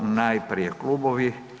Najprije klubovi.